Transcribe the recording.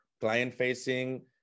client-facing